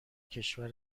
کشور